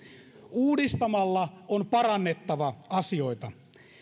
uudistamalla on parannettava asioita